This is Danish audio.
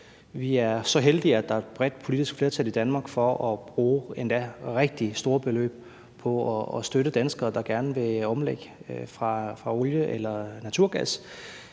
vi er så heldige, at der er et bredt politisk flertal i Danmark for at bruge endda rigtig store beløb på at støtte danskere, der gerne vil omlægge fra olie eller naturgas